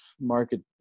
market